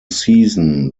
season